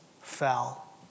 fell